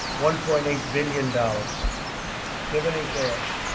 one point eight billion dollars given in cash.